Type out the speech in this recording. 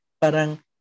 Parang